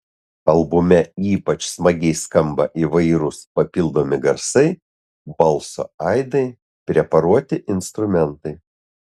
albume ypač smagiai skamba įvairūs papildomi garsai balso aidai preparuoti instrumentai